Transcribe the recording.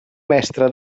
mestre